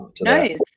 nice